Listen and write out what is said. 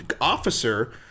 officer